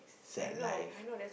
sad life